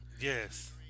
Yes